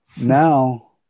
Now